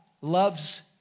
loves